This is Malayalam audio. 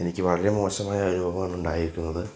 എനിക്ക് വളരെ മോശമായ അനുഭവമാണ് ഉണ്ടായിരിക്കുന്നത്